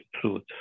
truth